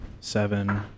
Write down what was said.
seven